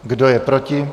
Kdo je proti?